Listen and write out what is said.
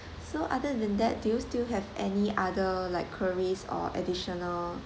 so other than that do you still have any other like queries or additional